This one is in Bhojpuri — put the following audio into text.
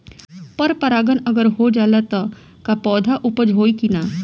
पर परागण अगर हो जाला त का पौधा उपज होई की ना?